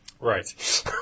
Right